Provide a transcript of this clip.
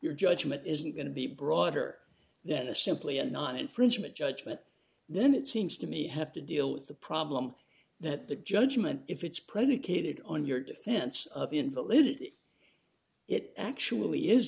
your judgment isn't going to be broader than a simply a not infringement judge but then it seems to me have to deal with the problem that the judgment if it's predicated on your defense of invalid it actually is